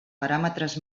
paràmetres